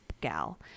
gal